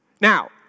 Now